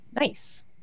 Nice